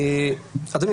אדוני,